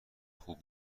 خوب